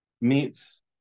meets